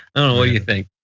what do you think?